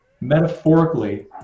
metaphorically